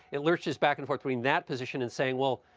it lurches back and forth between that position and saying, well,